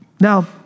Now